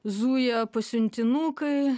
zujo pasiuntinukai